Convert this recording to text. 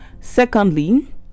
Secondly